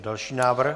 Další návrh.